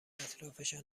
اطرافشان